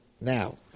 Now